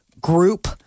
group